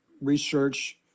research